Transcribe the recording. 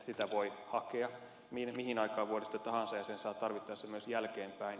sitä voi hakea mihin aikaan vuodesta tahansa ja sen saa tarvittaessa myös jälkeenpäin